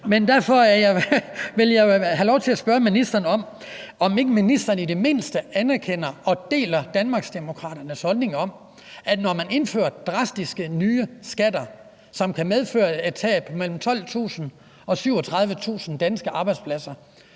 Jeg vil have lov til at spørge ministeren, om ikke ministeren i det mindste anerkender og deler Danmarksdemokraternes holdning om, at når man indfører nye drastiske skatter, som kan medføre et tab på mellem 12.000 og 37.000 danske arbejdspladser,